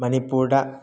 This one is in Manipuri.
ꯃꯅꯤꯄꯨꯔꯗ